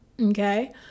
okay